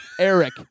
Eric